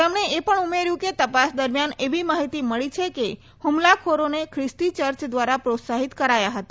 તેમણે એ પણ ઉમેર્યું કે તપાસ દરમિયાન એવી માહીતી મળી છે કે હુમલાખોરોને બ્રિસ્તી ચર્ચ દ્વારા પ્રોત્સાહિત કરાયા હતા